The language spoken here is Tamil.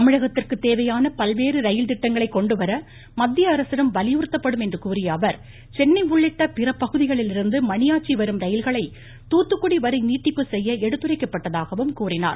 தமிழகத்திற்கு தேவையான பல்வேறு ரயில் திட்டங்களை கொண்டு வர மத்தியஅரசிடம் வலியுறுத்தப்படும் என்று கூறிய அவர் சென்னை உள்ளிட்ட பிற பகுதிகளிலிருந்து மணியாச்சி வரும் ரயில்களை தூத்துக்குடி வரை நீட்டிப்பு செய்ய எடுத்துரைக்கப்பட்டதாகவும் கூறினார்